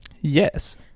Yes